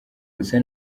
gusa